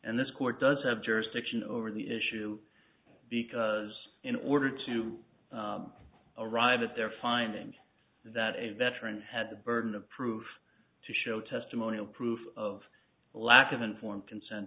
and this court does have jurisdiction over the issue because in order to arrive at their findings that a veteran had the burden of proof to show testimonial proof of a lack of informed consent